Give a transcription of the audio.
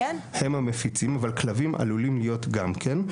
הם המפיצים אבל כלבים עלולים להיות גם כן.